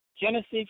Genesis